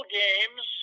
games